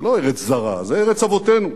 זה לא ארץ זרה, זו ארץ אבותינו.